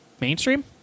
Mainstream